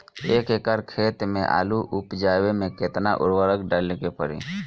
एक एकड़ खेत मे आलू उपजावे मे केतना उर्वरक डाले के पड़ी?